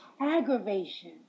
aggravation